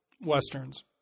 westerns